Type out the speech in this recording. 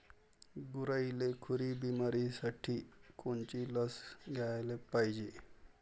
गुरांइले खुरी बिमारीसाठी कोनची लस द्याले पायजे?